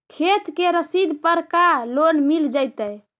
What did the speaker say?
खेत के रसिद पर का लोन मिल जइतै?